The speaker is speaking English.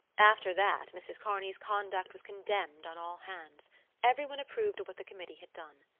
after that mrs. kearney's conduct was condemned on all hands everyone approved of what the committee had done.